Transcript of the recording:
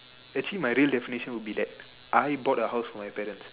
actually my real definition will be that I bought the house for my parents